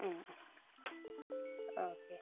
മ്മ് okay